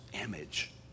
image